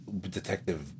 detective